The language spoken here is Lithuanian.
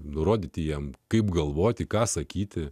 nurodyti jiems kaip galvoti ką sakyti